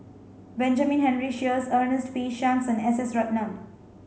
Benjamin Henry Sheares Ernest P Shanks and S S Ratnam